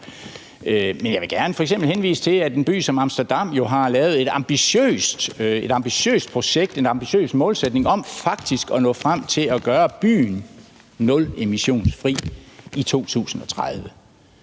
Men jeg vil gerne henvise til, at f.eks. en by som Amsterdam jo har lavet et ambitiøst projekt og har en ambitiøs målsætning om faktisk at nå frem til at gøre byen emissionsfri i 2030.